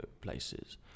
places